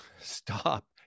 stop